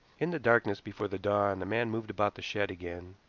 in the darkness before the dawn the man moved about the shed again,